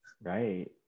Right